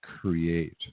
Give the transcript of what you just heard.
create